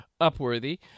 upworthy